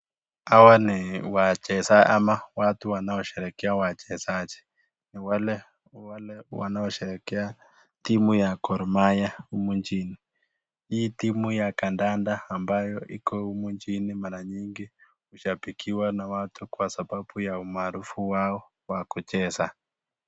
Hawa ni watu wanaosherehekea wachezaji. Ni wale wanaosherehekea timu ya, Gor mahia, humu nchini. Hii timu ya kandanda ambayo iko humu nchini mara nyingi hushabikiwa na watu kwa sababu ya umaarufu wao wa kucheza.